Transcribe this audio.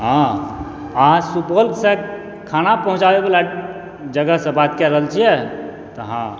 हँ अहाँ सुपौलसँ खाना पहुँचाबैबला जगहसँ बात कए रहल छियै तऽ हँ